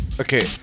Okay